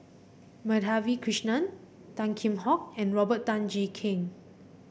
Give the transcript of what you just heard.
Madhavi Krishnan Tan Kheam Hock and Robert Tan Jee Keng